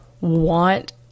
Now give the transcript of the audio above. want